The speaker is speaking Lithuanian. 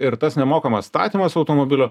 ir tas nemokamas statymas automobilio